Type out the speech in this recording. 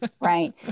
right